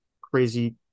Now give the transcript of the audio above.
crazy